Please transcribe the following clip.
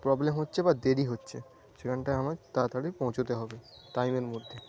problem হচ্ছে বা দেরি হচ্ছে সেখানটায় আমায় তাড়াতাড়ি পৌছতে হবে টাইমের মধ্যে